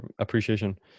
appreciation